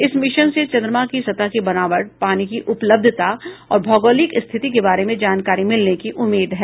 इस मिशन से चंद्रमा की सतह की बनावट पानी की उपलब्धता और भौगोलिक स्थिति के बारे में जानकारी मिलने की उम्मीद है